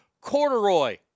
corduroy